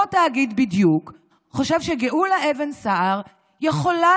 אותו תאגיד בדיוק חושב שגאולה אבן סער יכולה